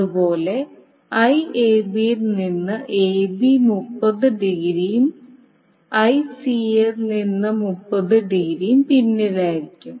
അതുപോലെ IAB നിന്ന് AB 30 ഡിഗ്രിയും ICA നിന്ന് 30 ഡിഗ്രിയും പിന്നിലാകും